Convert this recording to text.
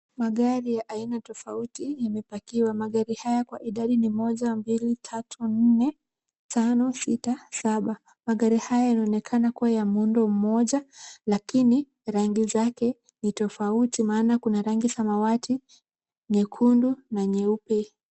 Magari ya aina tofauti imepakiwa, magari haya kwa idadi ni moja, mbili, tatu, nne, tano, sita, saba. Magari haya yanaonekana kuwa ya muundo mmoja lakini rangi zake ni tofauti maana kuna rangi samawati, nyekundu na nyeupe.